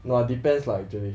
no lah depends lah actually